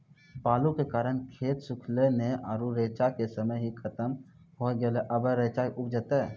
बालू के कारण खेत सुखले नेय आरु रेचा के समय ही खत्म होय गेलै, अबे रेचा उपजते?